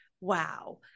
wow